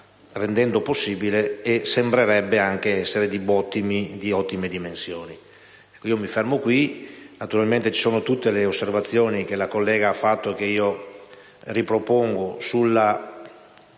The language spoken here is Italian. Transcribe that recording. rendendo possibile e che sembrerebbe anche essere di ottime dimensioni. Mi fermo qui. Naturalmente ci sono tutte le osservazioni che la collega ha fatto e che io ripropongo sulla